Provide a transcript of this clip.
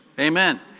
Amen